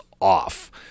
off